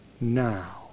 now